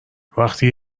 وقتی